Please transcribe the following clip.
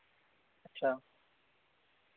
अच्छा